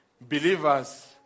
believers